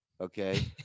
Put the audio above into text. okay